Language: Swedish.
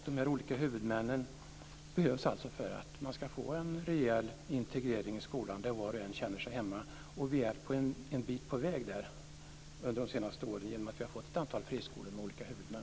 De olika huvudmännen behövs för att man ska få en rejäl integrering i skolan där var och en känner sig hemma. Vi har under senare år kommit en bit på väg genom att vi har fått ett antal friskolor med olika huvudmän.